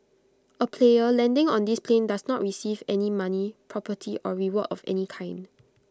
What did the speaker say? A player landing on this plane does not receive any money property or reward of any kind